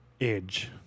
Edge